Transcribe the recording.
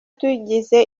tugize